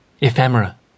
Ephemera